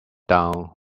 down